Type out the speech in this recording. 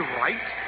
right